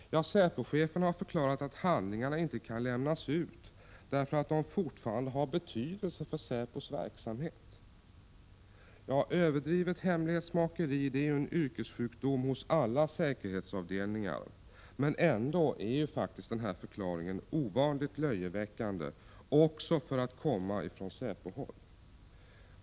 Säpochefen har förklarat att handlingarna inte kan lämnas ut därför att de fortfarande har betydelse för säpos verksamhet. Överdrivet hemlighetsmakeri är en yrkessjukdom hos alla säkerhetsavdelningar, men ändå är den här förklaringen ovanligt löjeväckande också för att komma från säpohåll.